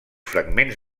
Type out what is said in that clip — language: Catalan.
fragments